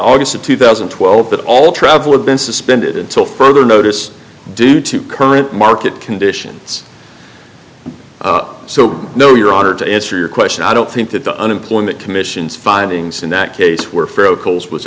august of two thousand and twelve that all travel have been suspended until further notice due to current market conditions so no your honor to answer your question i don't think that the unemployment commission's findings in that case were